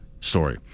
story